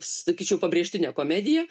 sakyčiau pabrėžtinė komedija